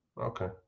Okay